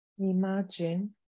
Imagine